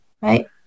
right